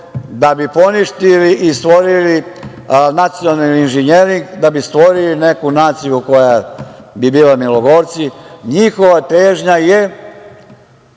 da bi poništili i stvorili nacionalni inženjering, da bi stvorili neku naciju koja bi bila milogorci, njihova težnja je